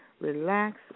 relax